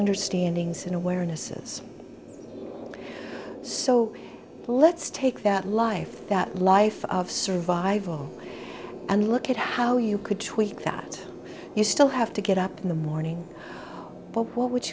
understandings in awarenesses so let's take that life that life of survival and look at how you could tweak that you still have to get up in the morning what would